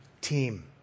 team